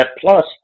plus